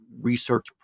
research